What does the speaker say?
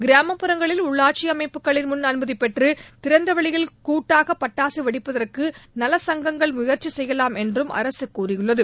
கிராமப்புறங்களில் உள்ளாட்சி அமைப்புகளின் முன் அனுமதி பெற்று திறந்த வெளியில் கூட்டாக பட்டாசு வெடிப்பதற்கு நலச்சங்கங்கள் முயற்சி செய்யலாம் என்றும் அரசு கூறியுள்ளது